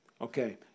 Okay